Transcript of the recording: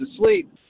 asleep